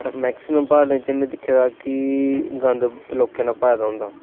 but maximum प्हाड़ च में दिक्खे दा कि गंद लोकें ने पाए दा होंदा